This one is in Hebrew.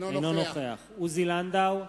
אינו נוכח עוזי לנדאו,